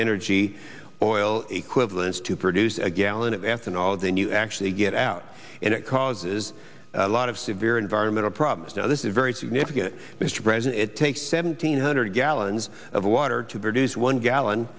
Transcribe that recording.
energy oil equivalent to produce a gallon of ethanol than you actually get out and it causes a lot of severe environmental problems now this is very significant mr president it takes seventeen hundred gallons of water to produce one gallon